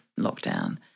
lockdown